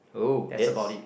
oh that's